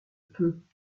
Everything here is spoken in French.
peut